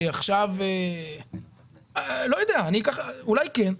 אולי כן.